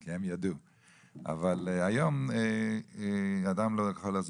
אבל היום אדם לא יכול לזוז,